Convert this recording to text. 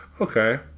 Okay